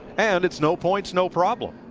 and it's no points, no problem.